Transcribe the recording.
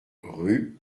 rue